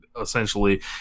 essentially